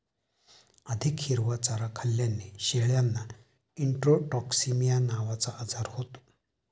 अधिक हिरवा चारा खाल्ल्याने शेळ्यांना इंट्रोटॉक्सिमिया नावाचा आजार होतो